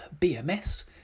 BMS